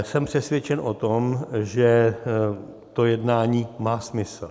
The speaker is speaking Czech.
Jsem přesvědčen o tom, že jednání má smysl.